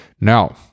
Now